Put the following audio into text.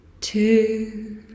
two